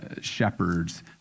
shepherds